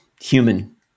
human